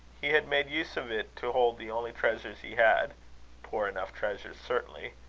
he had made use of it to hold the only treasures he had poor enough treasures, certainly!